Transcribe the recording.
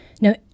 Now